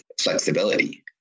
flexibility